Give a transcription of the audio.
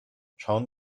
schauen